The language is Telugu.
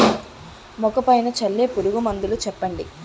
మొక్క పైన చల్లే పురుగు మందులు చెప్పండి?